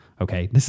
okay